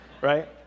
Right